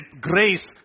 grace